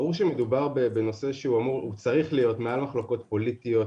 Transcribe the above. ברור שמדובר בנושא שצריך להיות מעל מחלוקות פוליטיות,